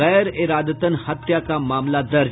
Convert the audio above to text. गैर इरादतन हत्या का मामला दर्ज